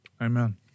Amen